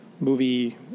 movie